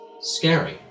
Scary